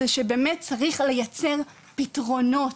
זה שבאמת צריך לייצר פתרונות,